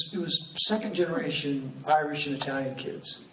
it was second generation irish and italian kids,